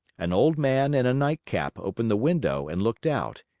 an old man in a nightcap opened the window and looked out.